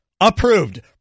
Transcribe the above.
Approved